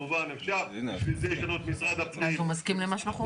כמובן אפשר ולכן יש לנו את משרד הפנים שהוא גוף